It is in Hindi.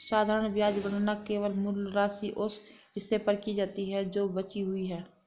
साधारण ब्याज गणना केवल मूल राशि, उस हिस्से पर की जाती है जो बची हुई है